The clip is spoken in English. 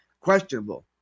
Questionable